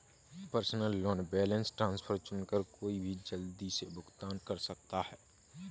personal loan balance transfer चुनकर कोई भी जल्दी से भुगतान कर सकता है